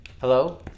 hello